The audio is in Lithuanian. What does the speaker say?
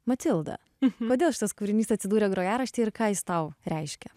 matildą į mane šitas kūrinys atsidūrė grojaraštį ir ką jis tau reiškia